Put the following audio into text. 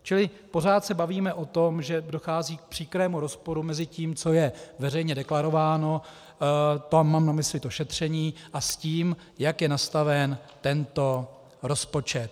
Čili pořád se bavíme o tom, že dochází k příkrému rozporu mezi tím, co je veřejně deklarováno, tam mám na mysli to šetření, s tím, jak je nastaven tento rozpočet.